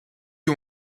you